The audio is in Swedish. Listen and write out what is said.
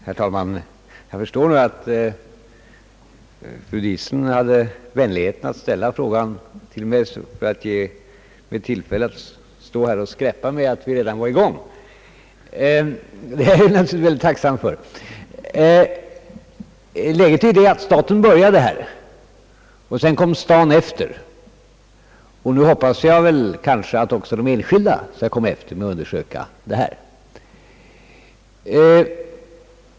Herr talman! Jag förstår att fru Diesen var vänlig att ställa frågan till mig för att ge mig tillfälle att stå här och skräppa med att vi redan var i gång. Det är jag mycket tacksam för. Läget är ju det att det var staten som började, och sedan kom staden efter, och nu hoppas jag att kanske även de enskilda skall komma efter och undersöka detta.